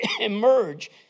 emerge